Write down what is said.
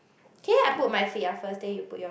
okay I put my feet up first then you put your